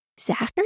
Zachary